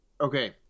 Okay